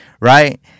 Right